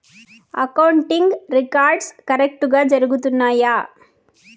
accounting records కరెక్టుగా జరుగుతున్నాయా